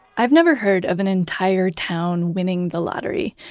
i've never heard of an entire town winning the lottery.